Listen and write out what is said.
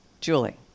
Julie